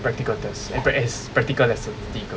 practical tests eh is practical lesson 第一个